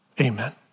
Amen